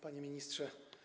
Panie Ministrze!